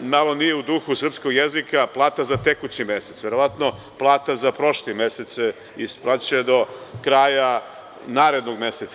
nama nije u duhu srpskog jezika plata za tekući mesec, verovatno plata za prošli mesec se isplaćuje do kraja narednog meseca.